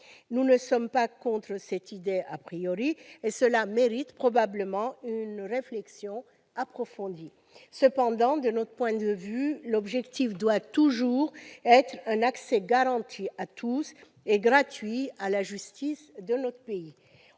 Nous ne sommes pas contre cette idée ; cela mérite probablement une réflexion approfondie. Toutefois, de notre point de vue, l'objectif doit toujours être de maintenir un accès garanti à tous et gratuit à la justice de notre pays.